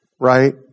right